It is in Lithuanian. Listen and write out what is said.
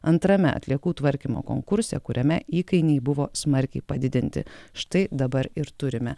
antrame atliekų tvarkymo konkurse kuriame įkainiai buvo smarkiai padidinti štai dabar ir turime